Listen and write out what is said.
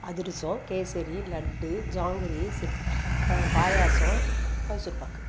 அதிரசோம் கேசரி லட்டு ஜாங்கிரி சிட் பாயாசம் மைசூர் பாகு